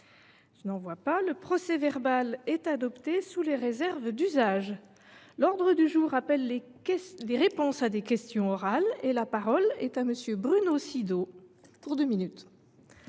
d’observation ?… Le procès verbal est adopté sous les réserves d’usage. L’ordre du jour appelle les réponses à des questions orales. La parole est à M. Bruno Sido, auteur de